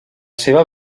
seva